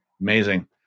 Amazing